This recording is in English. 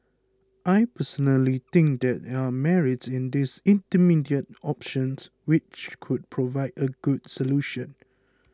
I personally think there are merits in these intermediate options which could provide a good solution